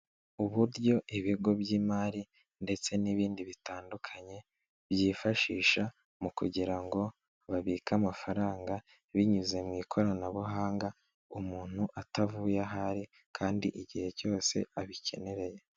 Uburyo ibigo by'imari ndetse n'ibindi bitandukanye, byifashisha mu kugira ngo babike amafaranga binyuze mu ikoranabuhanga, umuntu atavuye ahari kandi igihe cyose abikeneye.